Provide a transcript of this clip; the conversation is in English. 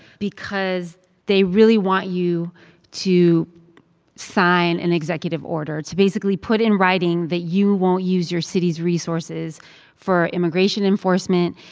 because they really want you to sign an executive order to basically put in writing that you won't use your city's resources for immigration enforcement,